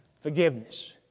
Forgiveness